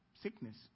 sickness